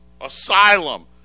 Asylum